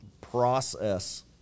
process